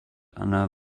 anna